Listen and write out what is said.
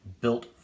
built